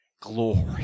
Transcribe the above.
Glory